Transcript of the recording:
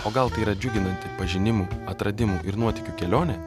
o gal tai yra džiuginanti pažinimų atradimų ir nuotykių kelionė